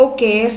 Okay